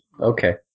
okay